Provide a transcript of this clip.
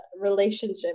relationship